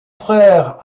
frère